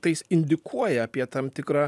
tai jis indikuoja apie tam tikrą